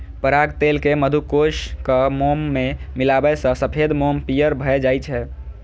पराग तेल कें मधुकोशक मोम मे मिलाबै सं सफेद मोम पीयर भए जाइ छै